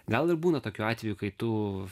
gal ir būna tokių atvejų kai tu